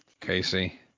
casey